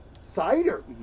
Cider